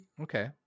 Okay